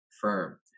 firm